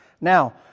Now